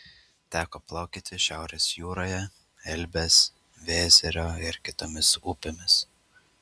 teko plaukioti šiaurės jūroje elbės vėzerio ir kitomis upėmis